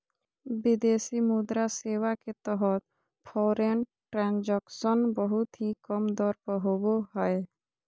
विदेशी मुद्रा सेवा के तहत फॉरेन ट्रांजक्शन बहुत ही कम दर पर होवो हय